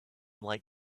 like